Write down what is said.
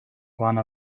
one